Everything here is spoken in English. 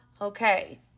okay